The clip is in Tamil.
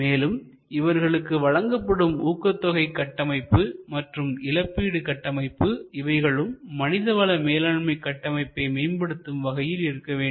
மேலும் இவர்களுக்கு வழங்கப்படும் ஊக்கத்தொகை கட்டமைப்பு மற்றும் இழப்பீடு கட்டமைப்பு இவைகளும் மனிதவள மேலாண்மை கட்டமைப்பை மேம்படுத்தும் வகையில் இருக்க வேண்டும்